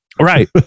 right